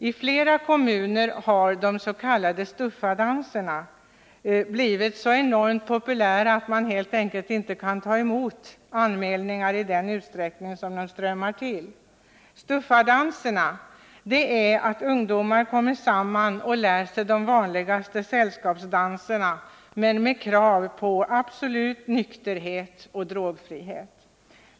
I flera kommuner har de s.k. STUFFA-danserna blivit så enormt populära att man helt enkelt inte kan ta emot anmälningar i den utsträckning som de strömmar till. ”STUFFA-danserna” innebär att ungdomar kommer samman och lär sig dansa de vanligaste sällskapsdanserna, men kravet är absolut nykterhet och drogfrihet.